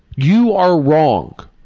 you are wrong.